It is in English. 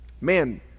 man